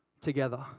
together